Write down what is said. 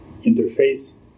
interface